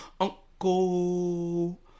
Uncle